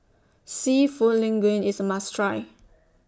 Seafood Linguine IS A must Try